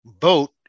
vote